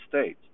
States